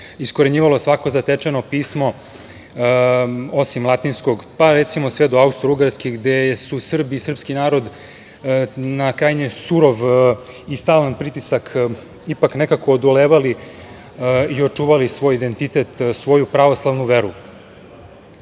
iskorenjivalo svako zatečeno pismo osim latinskog, pa recimo sve do Austrougarske gde su Srbi i srpski narod na krajnje surov i stalan pritisak ipak nekako odolevali i očuvali svoj identitet, svoju pravoslavnu veru.